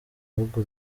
bihugu